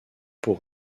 pour